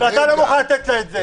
ואתה לא מוכן לתת לה את זה.